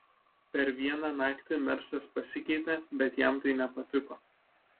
per vieną naktį mersas pasikeitė bet jam tai nepatiko